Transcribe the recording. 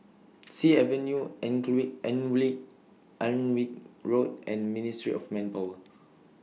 Sea Avenue Alnwick Road and Ministry of Manpower